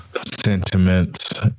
sentiments